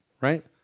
right